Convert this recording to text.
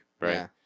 right